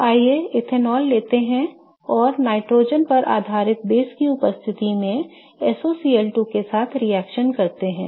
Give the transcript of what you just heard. तो आइए इथेनॉल लेते हैं और नाइट्रोजन पर आधारित बेस की उपस्थिति में SOCl2 के साथ रिएक्शन करते हैं